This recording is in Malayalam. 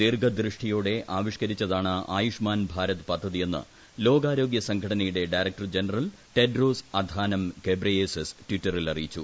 ദീർഘദൃഷ്ടിയോടെ ആവിഷ്കരിച്ചതാണ് ആയുഷ്മാൻ ഭാരത് പദ്ധതിയെന്ന് ലോകാരോഗൃ സംഘടനയുടെ ഡയറക്ടർ ജനറൽ ടെഡ്രോസ് അധാനം ഖ്യബയേസസ് ടിറ്ററിൽ അറിയിച്ചു